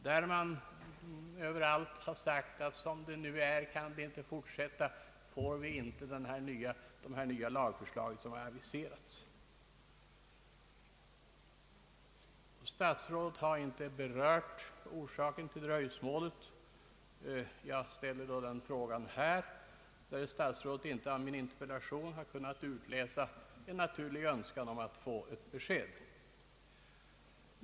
I alla dessa fall har man sagt att det inte kan fortsätta som det nu är och frågat om vi inte får de nya lagförslag som har aviserats. Statsrådet har inte berört orsaken till dröjsmålet. Jag ställer då frågan här, därest statsrådet inte av min interpellation kunnat utläsa en naturlig önskan om att få ett besked.